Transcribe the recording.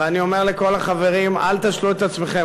ואני אומר לכל החברים: אל תשלו את עצמכם,